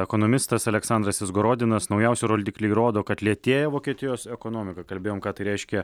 ekonomistas aleksandras izgorodinas naujausi roldikliai rodo kad lėtėja vokietijos ekonomika kalbėjom ką tai reiškia